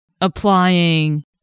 applying